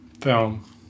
Film